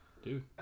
Dude